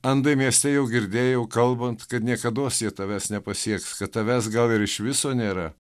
andai mieste jau girdėjau kalbant kad niekados jie tavęs nepasieks kad tavęs gal ir iš viso nėra